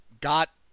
got